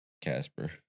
Casper